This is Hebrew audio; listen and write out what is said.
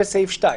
גור,